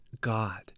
God